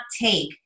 take